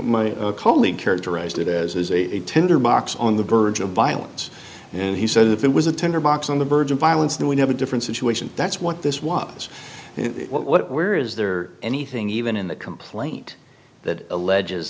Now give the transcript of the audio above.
my colleague characterized it as a tinderbox on the verge of violence and he said if it was a tinderbox on the verge of violence then we have a different situation that's what this was what where is there anything even in the complaint that alleges